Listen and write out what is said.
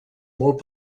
molt